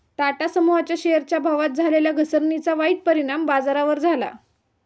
टाटा समूहाच्या शेअरच्या भावात झालेल्या घसरणीचा वाईट परिणाम बाजारावर झाला